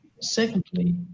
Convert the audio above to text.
secondly